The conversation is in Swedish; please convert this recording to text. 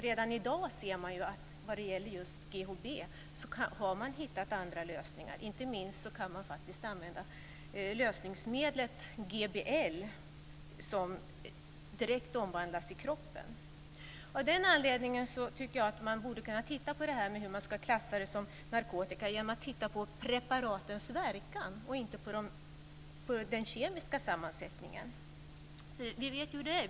Redan i dag ser man att man har hittat andra lösningar just när det gäller GHB. Inte minst kan man faktiskt använda lösningsmedlet GBL som direkt omvandlas i kroppen. Av den anledningen borde man kunna titta på hur man ska kunna klassa ett ämne som narkotika genom att titta på preparatens verkan och inte på den kemiska sammansättningen. Vi vet hur det är.